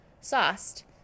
sauced